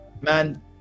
man